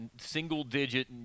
single-digit